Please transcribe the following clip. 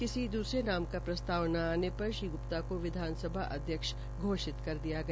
किसी दूसरे नाम का प्रस्ताव न आने पर श्री ग्प्ता को विधानसभा अध्यक्ष घोषित कर दिया गया